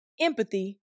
empathy